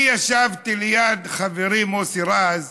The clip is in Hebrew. אני ישבתי ליד חברי מוסי רז,